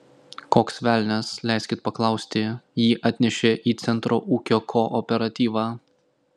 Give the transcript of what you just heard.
koks velnias leiskit paklausti jį atnešė į centro ūkio kooperatyvą